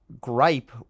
gripe